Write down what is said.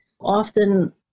often